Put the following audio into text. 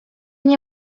nie